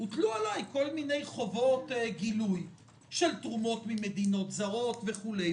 והוטלו עלי כל מיני חובות גילוי של תרומות ממדינות זרות וכולי,